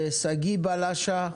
שגיא בלשה,